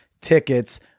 tickets